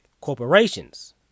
corporations